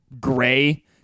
gray